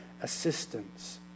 assistance